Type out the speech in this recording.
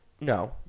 No